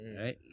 right